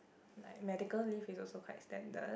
like medical leave is also quite standard